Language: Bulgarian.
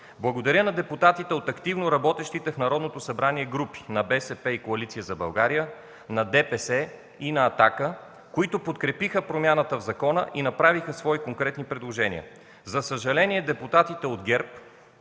Благодаря на депутатите от активно работещите в Народното събрание групи – на БСП и Коалиция за България, на ДПС и на „Атака”, които подкрепиха промяната в закона и направиха свои конкретни предложения. За съжаление, депутатите от ГЕРБ